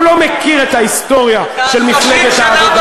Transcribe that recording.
הוא לא מכיר את ההיסטוריה של מפלגת העבודה.